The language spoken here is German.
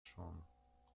schon